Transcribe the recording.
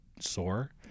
sore